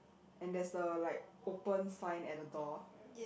and there's the like open sign at the door